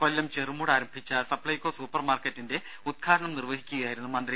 കൊല്ലം ചെറുമൂട് ആരംഭിച്ച സപ്ലൈകോ സൂപ്പർമാർക്കറ്റിന്റെ ഉദ്ഘാടനം നിർവഹിക്കുകയായിരുന്നു മന്ത്രി